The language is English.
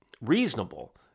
reasonable